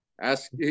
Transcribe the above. ask